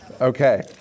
okay